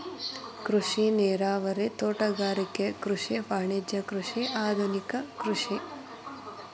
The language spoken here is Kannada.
ಕೃಷಿ ನೇರಾವರಿ, ತೋಟಗಾರಿಕೆ ಕೃಷಿ, ವಾಣಿಜ್ಯ ಕೃಷಿ, ಆದುನಿಕ ಕೃಷಿ